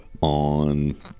on